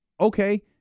okay